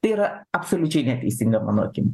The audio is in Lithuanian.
yra absoliučiai neteisinga mano akim